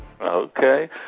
Okay